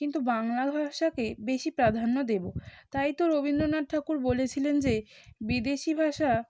কিন্তু বাংলা ভাষাকে বেশি প্রাধান্য দেব তাই তো রবীন্দ্রনাথ ঠাকুর বলেছিলেন যে বিদেশী ভাষা